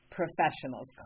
professionals